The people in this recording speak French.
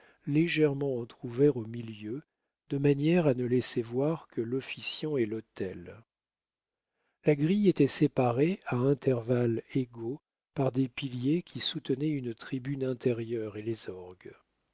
légèrement entr'ouvert au milieu de manière à ne laisser voir que l'officiant et l'autel la grille était séparée à intervalles égaux par des piliers qui soutenaient une tribune intérieure et les orgues